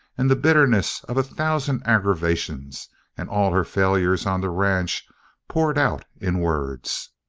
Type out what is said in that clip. and the bitterness of a thousand aggravations and all her failures on the ranch poured out in words.